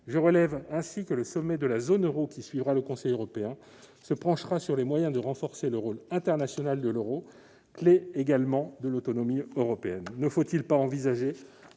Je relève aussi que le sommet de la zone euro qui suivra la réunion du Conseil européen se penchera sur les moyens de renforcer le rôle international de l'euro, autre clé de l'autonomie européenne. Ne faut-il pas envisager